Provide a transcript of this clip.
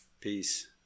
Peace